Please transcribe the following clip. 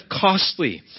costly